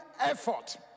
effort